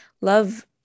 love